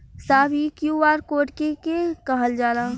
साहब इ QR code के के कहल जाला?